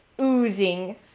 oozing